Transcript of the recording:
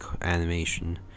animation